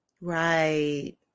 right